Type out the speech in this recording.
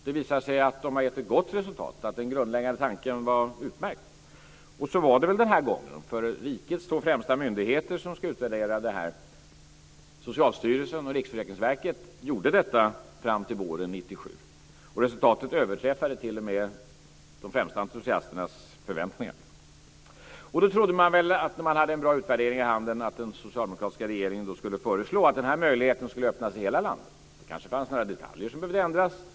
Det visar sig att de har givit ett gott resultat, att den grundläggande tanken var utmärkt. Så var det väl också den här gången. Rikets två främsta myndigheter som ska utvärdera det här, Socialstyrelsen och Riksförsäkringsverket, gjorde just det fram till våren 1997, och resultatet överträffade t.o.m. de främsta entusiasternas förväntningar. Då trodde man väl, när man hade en bra utvärdering i handen, att den socialdemokratiska regeringen skulle föreslå att den här möjligheten skulle öppnas i hela landet. Det kanske fanns några detaljer som behövde ändras.